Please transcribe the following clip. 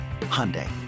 Hyundai